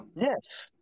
Yes